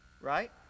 Right